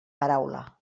paraula